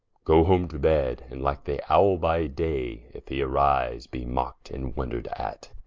goe home to bed, and like the owle by day, if he arise, be mock'd and wondred at